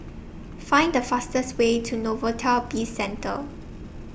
Find The fastest Way to Novelty Bizcentre